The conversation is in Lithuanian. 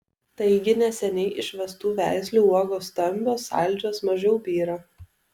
taigi neseniai išvestų veislių uogos stambios saldžios mažiau byra